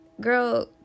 Girl